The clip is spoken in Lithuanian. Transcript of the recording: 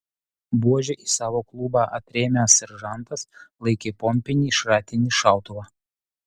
buože į savo klubą atrėmęs seržantas laikė pompinį šratinį šautuvą